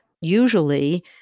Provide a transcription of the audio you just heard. Usually